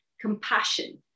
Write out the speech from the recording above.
compassion